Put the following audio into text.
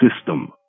system